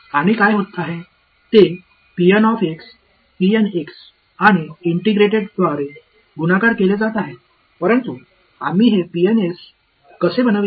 आणि काय होत आहे ते पी एन एक्स आणि इंटिग्रेटेडद्वारे गुणाकार केले जात आहे परंतु आम्ही हे s कसे बनविले